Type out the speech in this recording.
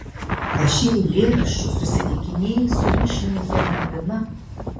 rašei eilėraščius susitikinėjai su ryšininke malvina